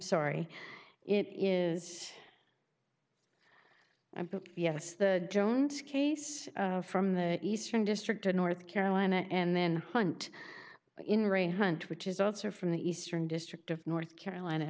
sorry it is i but yes the jones case from the eastern district of north carolina and then hunt in rain hunt which is also from the eastern district of north carolina